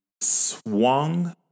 swung